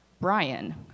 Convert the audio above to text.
Brian